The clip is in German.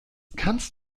kannst